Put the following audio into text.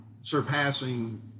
surpassing